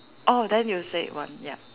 oh then you said one ya